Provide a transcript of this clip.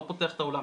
לא פותח את האולם.